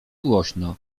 głośno